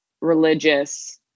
religious